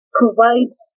provides